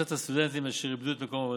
לאוכלוסיית הסטודנטים אשר איבדו את מקום עבודתם.